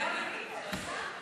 אני לא רואה.